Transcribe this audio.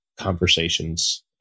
conversations